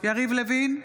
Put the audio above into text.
בהצבעה יריב לוין,